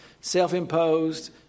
self-imposed